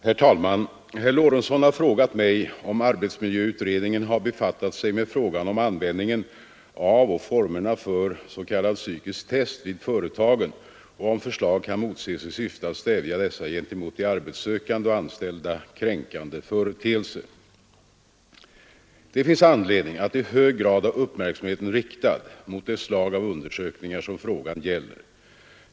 Herr talman! Herr Lorentzon har frågat mig om arbetsmiljöutredningen har befattat sig med frågan om användningen av och formerna för s.k. psykiskt test vid företagen och om förslag kan motses i syfte att stävja dessa gentemot de arbetssökande och anställda kränkande företeelser. Det finns anledning att i hög grad ha uppmärksamheten riktad mot det slag av undersökningar som frågan gäller.